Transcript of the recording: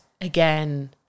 again